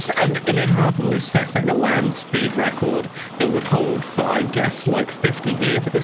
and inadvertently setting a land speed record that would hold for, i guess, like fifty years.